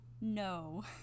No